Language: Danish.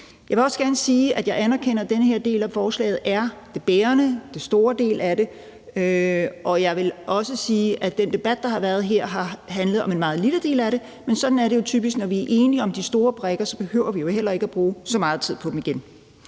Jeg vil også gerne sige, at jeg anerkender, at den her del af forslaget er den bærende og store del. Jeg vil også sige, at den debat, der her har været, har handlet om en meget lille del af det, men sådan er det jo typisk. Når vi er enige om de store brikker, behøver vi heller ikke bruge så meget tid på dem.